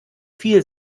viel